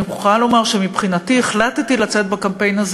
אני מוכרחה לומר שמבחינתי החלטתי לצאת בקמפיין הזה